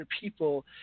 people